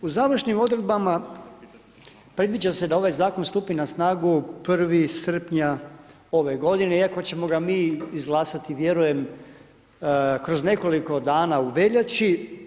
U završim odredbama predviđa se da ovaj zakon stupi na snagu 1. srpnja ove godine iako ćemo ga mi izglasati, vjerujem kroz nekoliko dana u veljači.